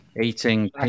Eating